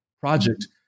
project